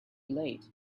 late